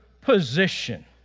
position